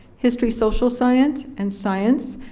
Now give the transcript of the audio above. history social science, and science.